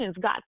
God